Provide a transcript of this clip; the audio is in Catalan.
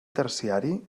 terciari